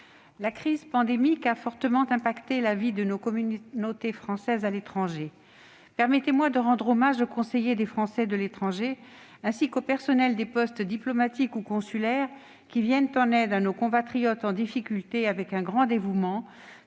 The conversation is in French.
la crise pandémique a fortement affecté la vie de la communauté française à l'étranger. Permettez-moi de rendre hommage aux conseillers des Français de l'étranger, ainsi qu'au personnel des postes diplomatiques ou consulaires, qui viennent en aide à nos compatriotes en difficulté avec un grand dévouement,